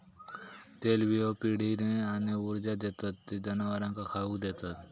तेलबियो पिढीने आणि ऊर्जा देतत ते जनावरांका खाउक देतत